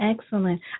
Excellent